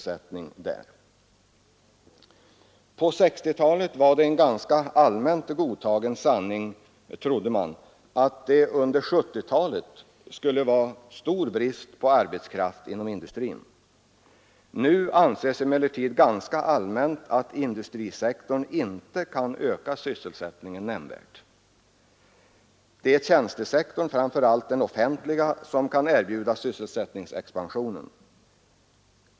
På 1960-talet trodde man ganska allmänt att det under 1970-talet skulle komma att råda stor brist på arbetskraft inom industrin. Nu anses det dock ganska allmänt att industrisektorn inte kan öka sysselsättningen nämnvärt. Det är tjänstesektorn, framför allt den offentliga, som kan erbjuda sysselsättningsexpansion.